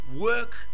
work